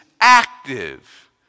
active